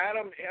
Adam